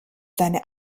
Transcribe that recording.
seine